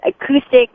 acoustic